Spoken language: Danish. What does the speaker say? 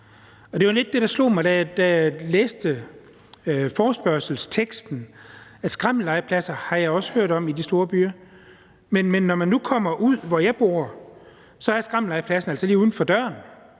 det var lidt det, der slog mig, da jeg læste forespørgselsteksten, nemlig at skrammellegepladser i de store byer har jeg også hørt om, men når man nu kommer lidt ud der, hvor jeg bor, er skrammellegepladsen altså lige uden for døren;